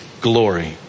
glory